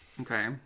Okay